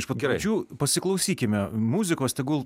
iš pat pradžių pasiklausykime muzikos tegul